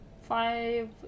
five